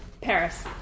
Paris